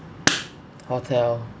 hotel